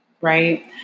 Right